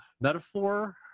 metaphor